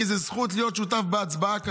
כי זו זכות להיות שותף בהצבעה כזאת.